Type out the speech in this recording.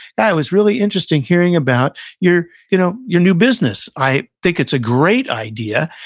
that was really interesting hearing about your you know your new business. i think it's a great idea,